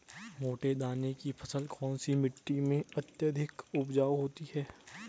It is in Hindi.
मोटे दाने की फसल कौन सी मिट्टी में अत्यधिक उपजाऊ होती है?